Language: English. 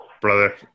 Brother